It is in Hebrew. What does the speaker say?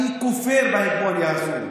אני כופר בהגמוניה הזו.